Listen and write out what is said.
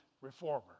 reformer